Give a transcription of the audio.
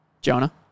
Jonah